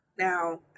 Now